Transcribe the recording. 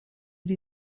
ate